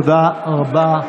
תודה רבה.